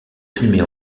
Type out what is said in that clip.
filmées